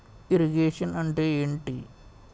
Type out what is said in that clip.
Irrigation అంటే ఏంటీ?